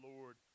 Lord